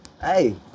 Hey